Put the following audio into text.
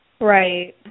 Right